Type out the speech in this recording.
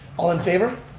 all in favor?